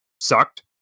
sucked